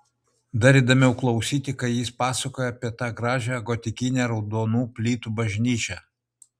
dar įdomiau klausyti kai jis pasakoja apie tą gražią gotikinę raudonų plytų bažnyčią